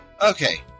Okay